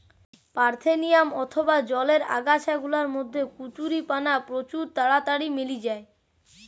parthenium অথবা জলের আগাছা গুলার মধ্যে কচুরিপানা প্রচুর তাড়াতাড়ি মেলি যায়